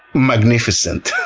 magnificent.